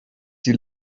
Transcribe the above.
die